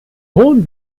hohen